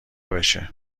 بشه